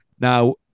now